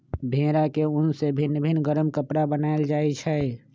भेड़ा के उन से भिन भिन् गरम कपरा बनाएल जाइ छै